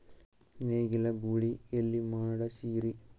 ನೇಗಿಲ ಗೂಳಿ ಎಲ್ಲಿ ಮಾಡಸೀರಿ?